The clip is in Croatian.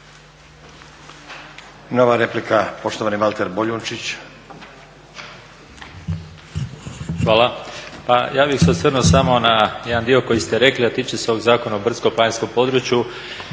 Nova replika poštovani Valter Boljunčić. **Boljunčić, Valter (IDS)** Hvala. Pa ja bih se osvrnuo samo na jedan dio koji ste rekli a tiče se ovog Zakona o brdsko-planinskom području,